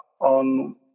on